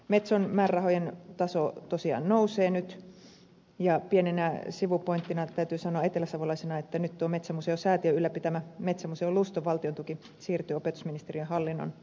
metson määrärahojen taso tosiaan nousee nyt ja pienenä sivupointtina täytyy sanoa eteläsavolaisena että nyt tuo metsämuseosäätiön ylläpitämä metsämuseo luston valtiontuki siirtyy opetusministeriön hallinnonalalle